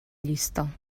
llista